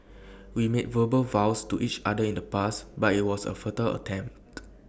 we made verbal vows to each other in the past but IT was A futile attempt